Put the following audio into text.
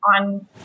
on